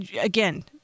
again